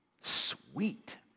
Sweet